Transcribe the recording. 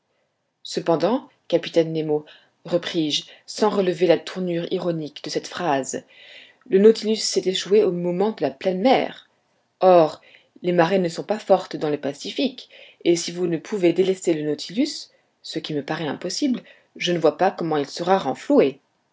cependant capitaine nemo repris-je sans relever la tournure ironique de cette phrase le nautilus s'est échoué au moment de la pleine mer or les marées ne sont pas fortes dans le pacifique et si vous ne pouvez délester le nautilus ce qui me paraît impossible je ne vois pas comment il sera renfloué